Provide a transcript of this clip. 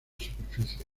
superficie